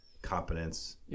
competence